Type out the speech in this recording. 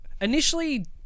Initially